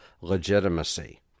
legitimacy